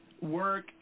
work